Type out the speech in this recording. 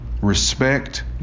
Respect